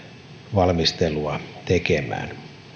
valmistelua tekemään